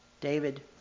David